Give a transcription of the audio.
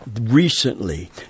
Recently